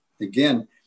again